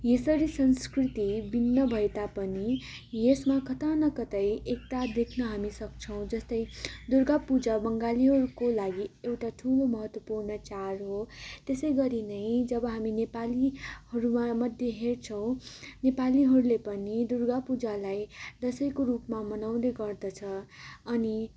यसरी संस्कृति भिन्न भए तापनि यसमा कता न कतै एकता देख्न हामी सक्छौँ जस्तै दुर्गा पूजा बङ्गालीहरूको लागि एउटा ठुलो महुत्त्वपूर्ण चाड हो त्यसै गरी नै जब हामी नेपालीहरूमा मध्ये हेर्छौँ नेपालीहरूले पनि दुर्गा पूजालाई दसैँको रूपमा मनाउने गर्दछ अनि